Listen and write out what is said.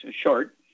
short